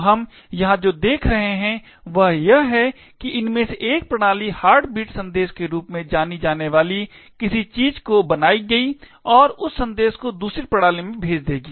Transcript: तो हम यहां जो देख रहे हैं वह यह है कि इनमें से एक प्रणाली हार्टबीट संदेश के रूप में जानी जाने वाली किसी चीज को बनाएगी और उस संदेश को दूसरी प्रणाली में भेज देगी